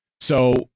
So-